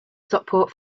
stockport